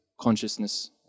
consciousness